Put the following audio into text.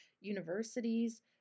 universities